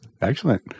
Excellent